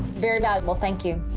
very valuable, thank you.